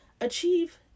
achieve